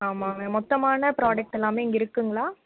ஆமாங்க மொத்தமான ப்ராடக்ட் எல்லாம் இங்கே இருக்குங்களா